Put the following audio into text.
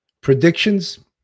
Predictions